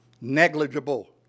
Negligible